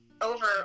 over